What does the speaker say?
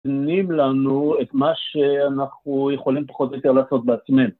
הניב לנו את מה שאנחנו יכולים פחות או יותר לעשות בעצמינו